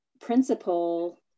principle